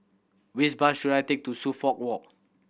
which bus should I take to Suffolk Walk